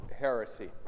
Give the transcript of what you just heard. heresy